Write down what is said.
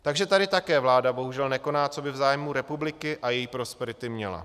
Takže tady také vláda bohužel nekoná, co by v zájmu republiky a její prosperity měla.